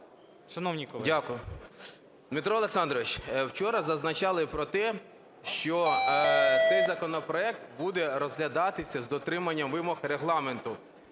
Дмитро Олександрович, вчора зазначали про те, що цей законопроект буде розглядатися з дотриманням вимог Регламенту.